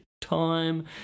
time